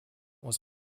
was